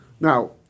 Now